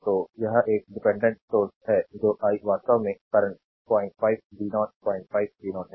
तो यह एक डिपेंडेंट सोर्स है जो आई वास्तव में करंट 05 v0 05 v0 है